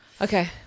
okay